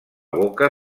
boca